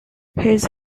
his